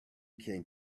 can